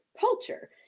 culture